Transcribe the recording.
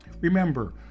remember